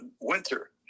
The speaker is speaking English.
winter